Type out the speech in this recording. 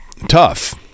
tough